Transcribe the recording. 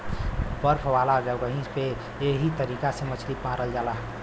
बर्फ वाला जगही पे एह तरीका से मछरी मारल जाला